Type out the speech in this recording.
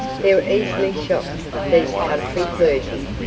they're easily shocked, these country clergy,